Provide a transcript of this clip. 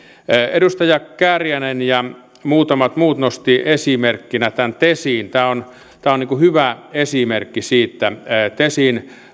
edustaja kääriäinen ja muutamat muut nostivat esimerkkinä tesin tämä on tämä on hyvä esimerkki siitä tesin